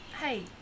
hey